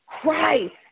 Christ